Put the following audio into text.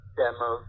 demo